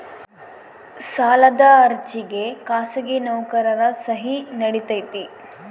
ಸಾಲದ ಅರ್ಜಿಗೆ ಖಾಸಗಿ ನೌಕರರ ಸಹಿ ನಡಿತೈತಿ?